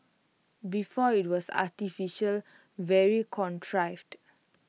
before IT was artificial very contrived